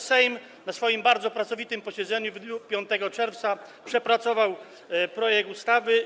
Sejm na swoim bardzo pracowitym posiedzeniu w dniu 5 czerwca przepracował projekt ustawy.